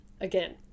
Again